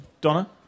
Donna